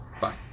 Bye